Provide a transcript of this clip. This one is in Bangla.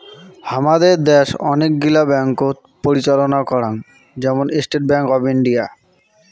হামাদের দ্যাশ অনেক গিলা ব্যাঙ্ককোত পরিচালনা করাং, যেমন স্টেট ব্যাঙ্ক অফ ইন্ডিয়া